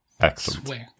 Excellent